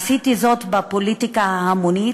עשיתי זאת בפוליטיקה ההמונית,